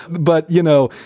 but, you know,